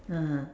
(uh huh)